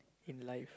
in life